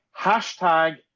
hashtag